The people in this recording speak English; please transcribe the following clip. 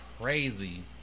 crazy